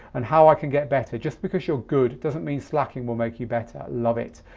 and how i can get better. just because you're good, doesn't mean slacking will make you better. love it,